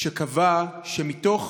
שקבע שמתוך